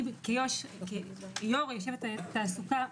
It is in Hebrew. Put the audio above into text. אני כיו"ר ועדת התעסוקה,